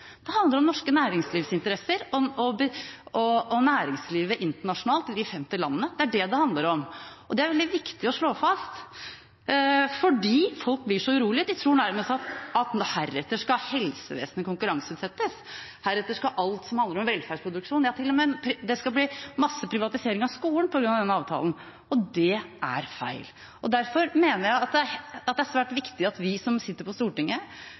det handler om norske næringslivsinteresser og næringslivet internasjonalt i de 50 landene. Det er det det handler om, og det er veldig viktig å slå fast, for folk blir så urolige. De tror nærmest at heretter skal helsevesenet konkurranseutsettes, alt som handler om velferdsproduksjon – ja, det skal til og med bli masse privatisering av skolen på grunn av denne avtalen. Det er feil. Derfor mener jeg at det er svært viktig at vi som sitter på Stortinget,